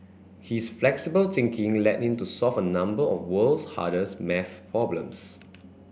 his flexible thinking led him to solve a number of world's hardest maths problems